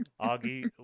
Augie